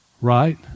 Right